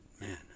man